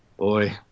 Boy